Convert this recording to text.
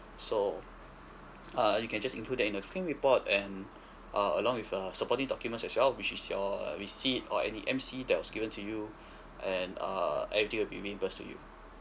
so uh you can just include that in the claim report and uh along with the supporting documents as well which is your receipt or any M_C that was given to you and uh everything will be reimbursed to you